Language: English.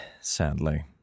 sadly